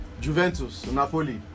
Juventus-Napoli